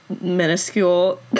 minuscule